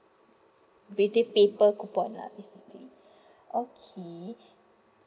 paper coupon lah basically okay